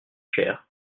chère